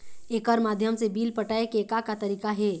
एकर माध्यम से बिल पटाए के का का तरीका हे?